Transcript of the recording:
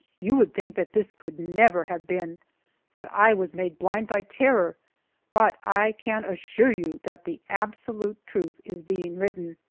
you will think that this could never have been that i was made blind by terror but i can assure you that the absolute truth is being written.